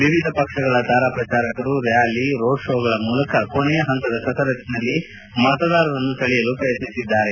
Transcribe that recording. ವಿವಿಧ ಪಕ್ಷಗಳ ತಾರಾ ಪ್ರಚಾರಕರು ರ್ಚಾಲಿ ರೋಡ್ ಕೋಗಳ ಮೂಲಕ ಕೊನೆಯ ಹಂತದ ಕಸರತ್ತಿನಲ್ಲಿ ಮತದಾರರನ್ನು ಸೆಳೆಯಲು ಪ್ರಯತ್ನಿಸಿದ್ದಾರೆ